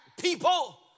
people